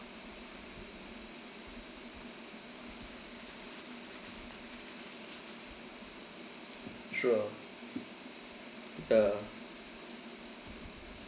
sure ya